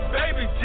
baby